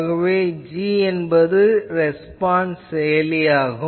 ஆகவே g என்பது response செயலி ஆகும்